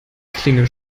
klinge